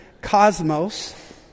Cosmos